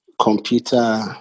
computer